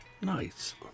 Nice